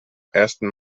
ersten